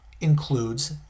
includes